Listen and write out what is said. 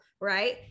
right